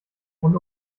und